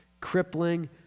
crippling